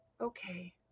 okay